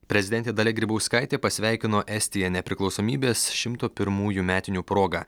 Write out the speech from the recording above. prezidentė dalia grybauskaitė pasveikino estiją nepriklausomybės šimto pirmųjų metinių proga